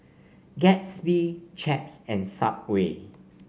Gatsby Chaps and Subway